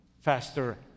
faster